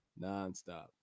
nonstop